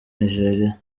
nigeria